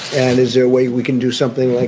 and is there a way we can do something like